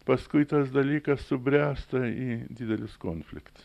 paskui tas dalykas subręsta į didelius konfliktus